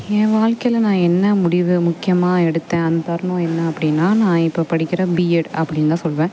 என் வாழ்க்கையில நான் என்ன முடிவு முக்கியமாக எடுத்தேன் அந்த தருணம் என்ன அப்படின்னா நான் இப்போ படிக்கிற பிஎட் அப்படின்னு தான் சொல்வேன்